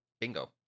Bingo